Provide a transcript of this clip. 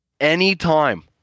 Anytime